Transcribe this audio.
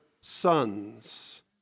sons